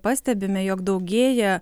pastebime jog daugėja